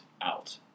out